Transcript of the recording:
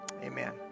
amen